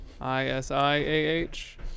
I-S-I-A-H